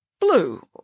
Blue